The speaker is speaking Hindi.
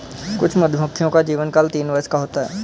कुछ मधुमक्खियों का जीवनकाल तीन वर्ष का होता है